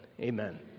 amen